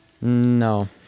No